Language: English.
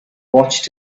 watched